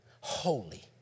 Holy